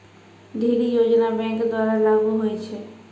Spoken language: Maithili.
ढ़ेरी योजना बैंक द्वारा लागू होय छै